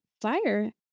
fire